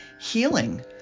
healing